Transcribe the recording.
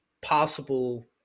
possible